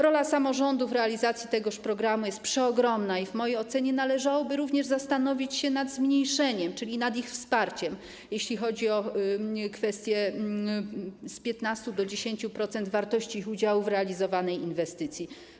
Rola samorządu w realizacji tego programu jest przeogromna i w mojej ocenie należałoby również zastanowić się nad zmniejszeniem, czyli nad ich wsparciem, jeśli chodzi o kwestie z 15% do 10% wartości ich udziałów w realizowanej inwestycji.